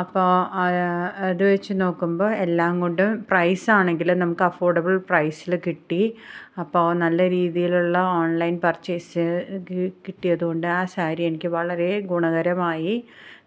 അപ്പോൾ അതുവെച്ച് നോക്കുമ്പോൾ എല്ലാംകൊണ്ടും പ്രൈസാണെങ്കിലും നമുക്ക് അഫോഡബിൾ പ്രൈസിൽ കിട്ടി അപ്പോൾ നല്ല രീതിയിലുള്ള ഓൺലൈൻ പർച്ചേയ്സ് കിട്ടിയതുകൊണ്ട് ആ സാരി എനിക്ക് വളരെ ഗുണകരമായി